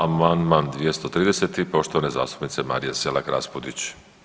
Amandman 230. poštovane zastupnice Marije Selak-Raspudić.